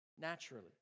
naturally